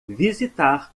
visitar